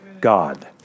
God